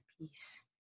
peace